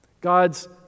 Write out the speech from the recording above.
God's